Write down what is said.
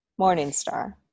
Morningstar